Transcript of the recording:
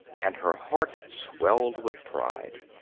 and her heart swelled with pride.